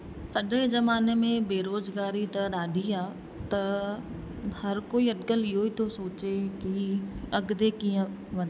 अॼ जे ज़माने में बेरोज़गारी त ॾाढी आ्हे त हर कोई अॼुकल्ह इहो ई थो सोचे की अॻिते कीअं वधिजे